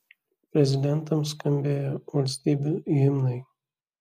prezidentams skambėjo valstybių himnai